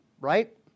Right